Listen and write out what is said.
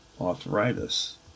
arthritis